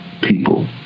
people